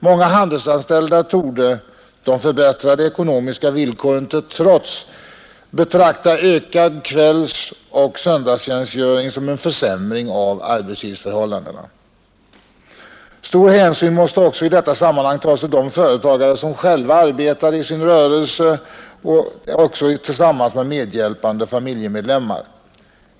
Många handelsanställda torde — de förbättrade ekonomiska villkoren till trots — betrakta ökad kvällsoch söndagstjänstgöring som en försämring av arbetsförhållandena. Stor hänsyn måste också i detta sammanhang tas till de företagare som själva arbetar i sin rörelse och till medhjälpande familjemedlemmar.